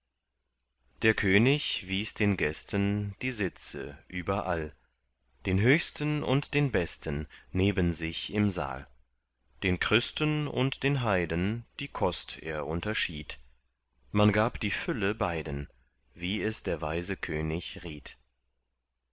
der könig wies den gästen die sitze überall den höchsten und den besten neben sich im saal den christen und den heiden die kost er unterschied man gab die fülle beiden wie es der weise könig riet